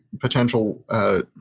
potential